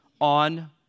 on